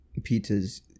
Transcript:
pizzas